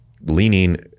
leaning